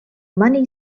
money